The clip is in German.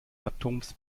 atoms